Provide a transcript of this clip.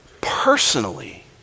personally